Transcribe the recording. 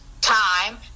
time